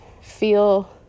feel